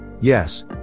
Yes